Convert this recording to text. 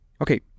okay